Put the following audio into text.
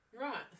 right